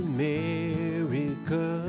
America